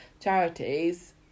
charities